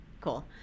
cool